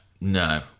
no